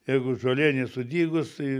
jeigu žolė nesudygus tai